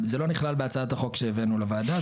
זה לא נכלל בהצעת החוק שהבאנו לוועדה.